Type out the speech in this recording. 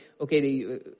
Okay